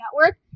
network